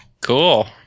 cool